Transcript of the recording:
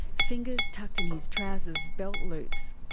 fingers tucked in his trousers' belt loops.